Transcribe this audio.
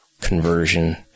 conversion